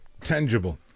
Tangible